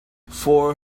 four